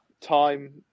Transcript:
time